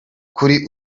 kuri